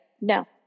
no